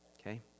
Okay